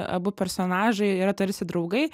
abu personažai yra tarsi draugai